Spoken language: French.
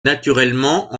naturellement